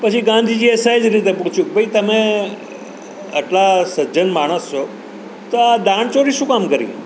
પછી ગાંધીજીએ સહજ રીતે પૂછ્યું કે ભાઈ તમે આટલા સજ્જન માણસ છો તો આ દાણચોરી શું કામ કરી